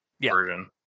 version